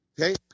okay